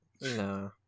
No